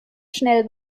schnell